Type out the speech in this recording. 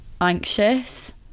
anxious